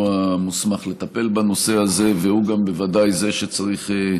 הוא המוסמך לטפל בנושא הזה והוא גם בוודאי זה שצריך,